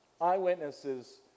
Eyewitnesses